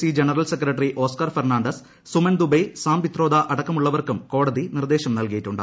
C general secretary Oscar Fernandes Suman Dubey Sam Pitroda അടക്കമുള്ളവർക്കും കോടതി നിർദ്ദേശം നൽകിയിട്ടുണ്ട്